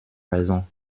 raison